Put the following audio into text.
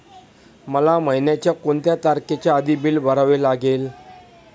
मला महिन्याचा कोणत्या तारखेच्या आधी बिल भरावे लागेल?